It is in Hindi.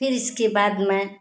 फिर इसके बाद मैं